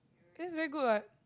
then is very good what